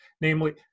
Namely